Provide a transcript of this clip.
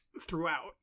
throughout